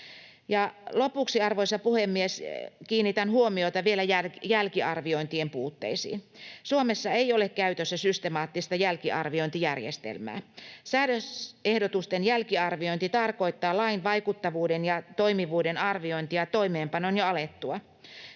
lopuksi, arvoisa puhemies, kiinnitän huomiota vielä jälkiarviointien puutteisiin. Suomessa ei ole käytössä systemaattista jälkiarviointijärjestelmää. Säädösehdotusten jälkiarviointi tarkoittaa lain vaikuttavuuden ja toimivuuden arviointia toimeenpanon jo alettua.